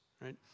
right